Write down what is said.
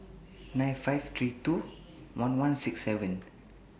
nine five three two one one six seven